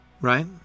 right